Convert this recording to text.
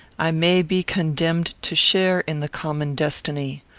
i may be condemned to share in the common destiny.